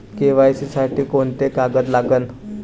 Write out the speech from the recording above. KYC साठी कोंते कागद लागन?